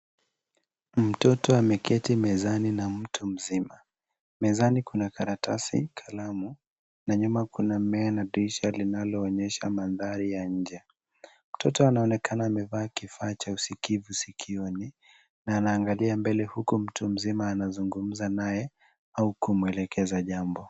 Mtoto ameketi mezani na mtu mzima. Mezani kuna karatasi, kalamu, na nyuma kuna mmea na dirisha linaloonyesha mandhari ya nje. Mtoto anaonekana amevaa kifaa cha usikivu sikioni na anaangalia mbele huku mtu mzima anazungumza naye au kumwelekeza jambo.